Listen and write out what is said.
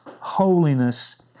holiness